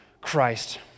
Christ